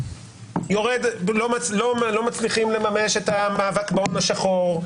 לא מצליחים לממש את המאבק בהון השחור,